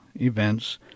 events